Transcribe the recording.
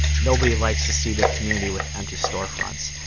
nobody likes to see their community with empty storefronts.